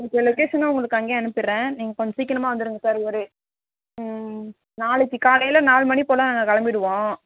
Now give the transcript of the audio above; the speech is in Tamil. லொக்கேஷனும் உங்களுக்கு அங்கேயே அனுப்பிடுறேன் நீங்கள் கொஞ்ச சீக்கிரமாக வந்துடுங்க சார் ஒரு நாளைக்கு காலையில் நாலு மணி போல் நாங்கள் கிளம்பிடுவோம்